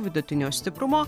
vidutinio stiprumo